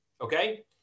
okay